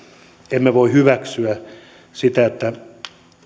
emme voi hyväksyä sitä että